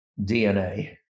DNA